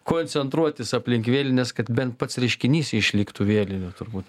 koncentruotis aplink vėlines kad bent pats reiškinys išliktų vėlinių turbūt